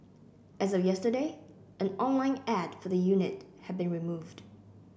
as of yesterday an online ad for the unit had been removed